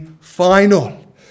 final